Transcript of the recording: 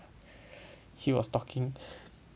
he was talking